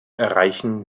erreichen